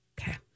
Okay